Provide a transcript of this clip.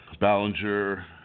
Ballinger